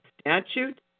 statute